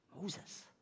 Moses